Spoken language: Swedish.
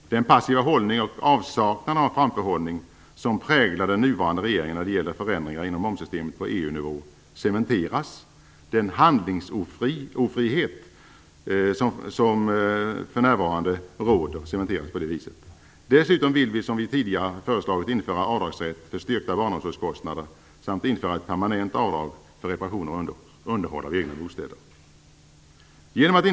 Med den passiva hållning och avsaknad av framförhållning som präglar den nuvarande regeringen när det gäller förändringar inom momssystemet på EU-nivå cementeras den handlingsofrihet som för närvarande råder. Dessutom vill vi, som vi tidigare föreslagit, införa avdragsrätt för styrkta barnomsorgskostnader samt införa ett permanent avdrag för reparation och underhåll av egna bostäder.